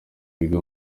biga